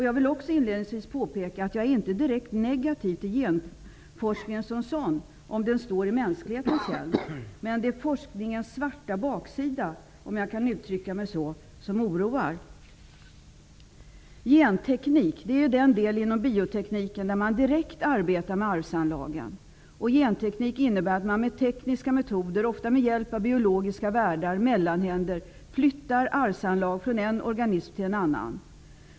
Jag vill också påpeka att jag inte direkt är negativ till genforskningen som sådan om den står i mänsklighetens tjänst. Men det är forskningens svarta baksida, om jag kan uttrycka mig så, som oroar. Genteknik är den del inom biotekniken där man direkt arbetar med arvsanlagen. Genteknik innebär att man med tekniska metoder, ofta med hjälp av biologiska värdar, mellanhänder, flyttar arvsanlag från en organism till en annan.